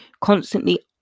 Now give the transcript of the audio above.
constantly